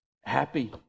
happy